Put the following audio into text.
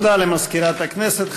תודה למזכירת הכנסת.